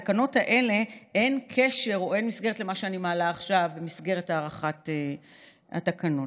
האלה אין קשר למה שאני מעלה עכשיו במסגרת הארכת התקנות.